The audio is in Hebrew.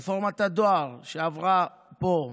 רפורמת הדואר שעברה פה,